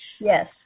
yes